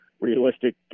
realistic